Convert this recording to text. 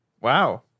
Wow